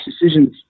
decisions